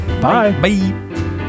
Bye